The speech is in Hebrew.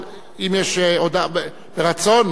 ברצון.